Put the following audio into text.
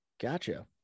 gotcha